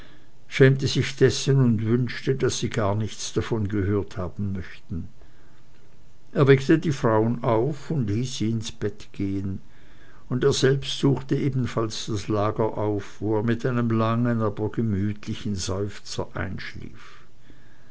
schämte sich dessen und wünschte daß sie gar nichts davon gehört haben möchten er weckte die frauen auf und hieß sie ins bett gehen und er selbst suchte ebenfalls das lager auf wo er mit einem langen aber gemütlichen seufzer einschlief